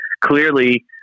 clearly